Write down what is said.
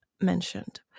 mentioned